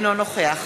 אינו נוכח